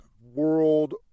world